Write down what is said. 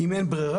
אם אין ברירה,